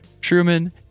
Truman